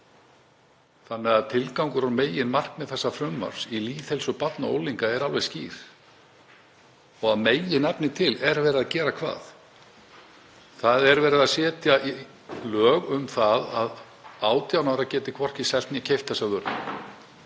efni. Tilgangur og meginmarkmið þessa frumvarps í lýðheilsu barna og unglinga er alveg skýrt. Að meginefni til er verið að gera hvað? Það er verið að setja lög um það að 18 ára geti hvorki selt né keypt þessa vöru.